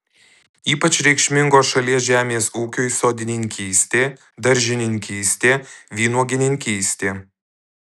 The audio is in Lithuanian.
ypač reikšmingos šalies žemės ūkiui sodininkystė daržininkystė vynuogininkystė